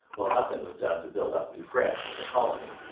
while nothing was done to build up new france as a colony.